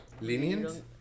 lenient